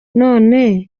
none